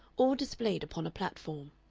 all displayed upon a platform.